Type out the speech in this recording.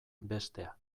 bestea